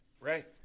right